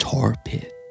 Torpid